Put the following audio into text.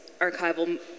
archival